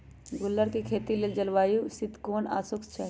गुल्लर कें खेती लेल जलवायु शीतोष्ण आ शुष्क चाहि